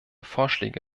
vorschläge